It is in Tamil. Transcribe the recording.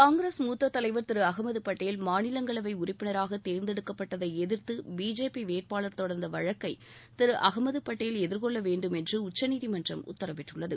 காங்கிரஸ் மூத்த தலைவர் திரு அகமது பட்டேல் மாநிலங்களவை உறுப்பினராக தேர்ந்தெடுக்கப்பட்டதை எதிர்த்து பிஜேபி வேட்பாளர் தொடர்ந்த வழக்கை திரு அகமது பட்டேல் எதிர்கொள்ளவேண்டும் என்று உச்சநீதிமன்றம் உத்தரவிட்டுள்ளது